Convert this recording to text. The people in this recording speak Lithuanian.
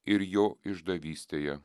ir jo išdavystėje